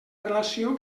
relació